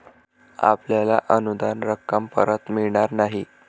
आपल्याला अनुदान रक्कम परत मिळणार नाही